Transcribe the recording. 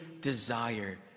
desire